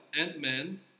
Ant-Man